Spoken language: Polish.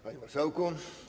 Panie Marszałku!